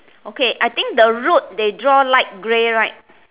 okay I think the road they draw light grey right